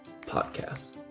Podcast